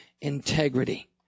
integrity